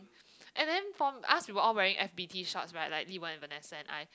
and then for us we were all wearing F_B_T shorts right like Li-wen Vanessa and I